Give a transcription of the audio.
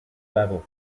level